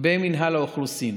במינהל האוכלוסין